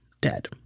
dead